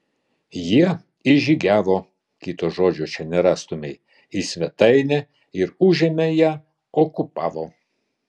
jie įžygiavo kito žodžio čia nerastumei į svetainę ir užėmė ją okupavo